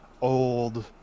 old